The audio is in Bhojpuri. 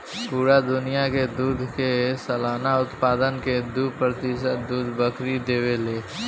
पूरा दुनिया के दूध के सालाना उत्पादन के दू प्रतिशत दूध बकरी देवे ले